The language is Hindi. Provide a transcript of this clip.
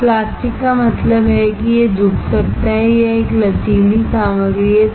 अब प्लास्टिक का मतलब है कि यह झुक सकता है और यह एक लचीली सामग्री है